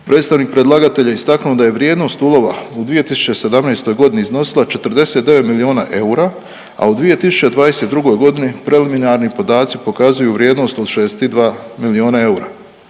predstavnik predlagatelja istaknuo da je vrijednost ulova u 2017. godini iznosila 49 milijuna eura, a u 2022. godini preliminarni podaci pokazuju vrijednost od 62 milijuna eura.